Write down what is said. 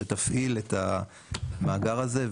שתפעיל את המאגר הזה,